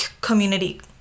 community